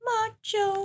Macho